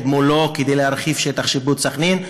מולו כדי להרחיב את שטח שיפוט סח'נין,